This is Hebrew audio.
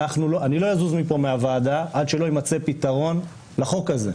אני לא אזוז מהוועדה עד שלא יימצא פתרון לחוק הזה.